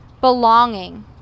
belonging